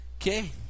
Okay